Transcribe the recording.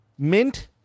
mint